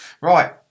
right